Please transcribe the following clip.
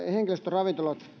henkilöstöravintolat